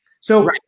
So-